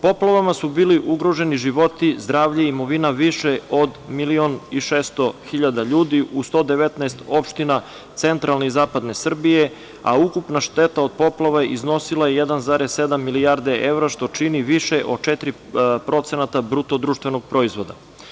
Poplavama su bili ugroženi životi, zdravlje i imovina više od milion i 600 hiljada ljudi u 119 opština centralne i zapadne Srbije, a ukupna šteta od poplava iznosila je 1,7 milijardi evra što čini više od 4% BDP.